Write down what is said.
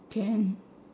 can